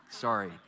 sorry